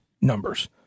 numbers